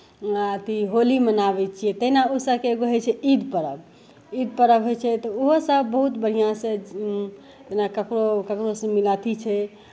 अथी होली मनाबै छियै तहिना ओसभके एगो होइ छै ईद पर्व ईद पर्व होइ छै तऽ ओहोसभ बहुत बढ़िआँसँ जेना ककरो ककरोसँ मिला अथी छै